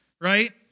right